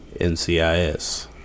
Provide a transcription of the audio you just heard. NCIS